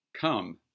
come